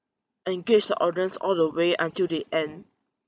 engage the audience all the way until the end